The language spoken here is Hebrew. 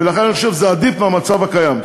לכן אני חושב שזה עדיף מהמצב הקיים.